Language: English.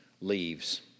leaves